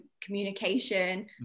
communication